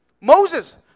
Moses